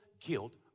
guilt